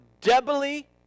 doubly